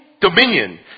dominion